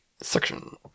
section